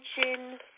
attention